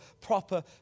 proper